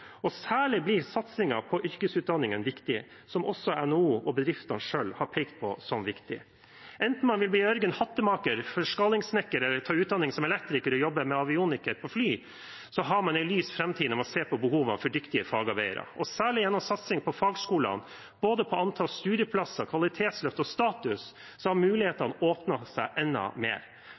Særlig blir satsingen på yrkesutdanningene viktig, noe også NHO og bedriftene selv har pekt på som viktig. Enten man vil bli Jørgen Hattemaker, forskalingssnekker eller ta utdanning som elektriker og jobbe med avionikk på fly, har man en lys framtid når man ser på behovene for dyktige fagarbeidere. Særlig gjennom satsingen på fagskolene, både på antall studieplasser, kvalitetsløft og status, har mulighetene åpnet seg enda mer.